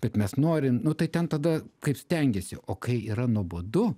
bet mes norim nu tai ten tada kaip stengiesi o kai yra nuobodu